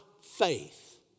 faith